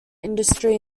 industry